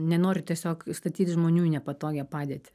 nenori tiesiog statyt žmonių į nepatogią padėtį